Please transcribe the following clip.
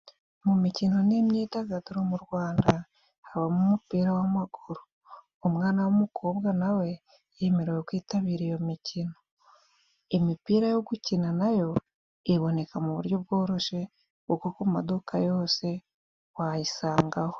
Mu mikino n'imyidagaduro mu Rwanda habamo umupira w'amaguru. Umwana w'umukobwa na we yemerewe kwitabira iyo mikino. Imipira yo gukina nayo iboneka mu buryo bworoshe kuko ku maduka yose wayisangaho.